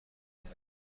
بود